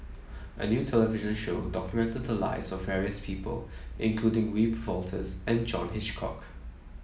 a new television show documented the lives of various people including Wiebe Wolters and John Hitchcock